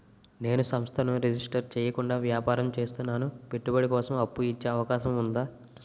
నేను సంస్థను రిజిస్టర్ చేయకుండా వ్యాపారం చేస్తున్నాను పెట్టుబడి కోసం అప్పు ఇచ్చే అవకాశం ఉందా?